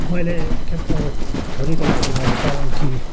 मैले एक खेप अब छोरीको लागि मैले पलङ किने